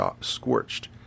scorched